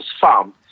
farm